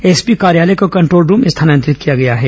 SP कार्यालय को control room स्थानांतरित किया गया है